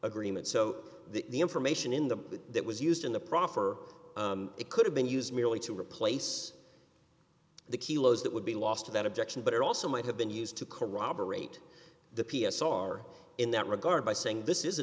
agreement so that the information in them that was used in the proffer it could have been used merely to replace the kilos that would be lost without objection but it also might have been used to corroborate the p s r in that regard by saying this is a